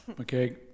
Okay